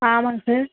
ஆமாங்க சார்